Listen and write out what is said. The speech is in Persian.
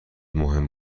مهم